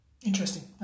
Interesting